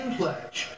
pledge